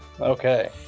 Okay